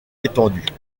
étendues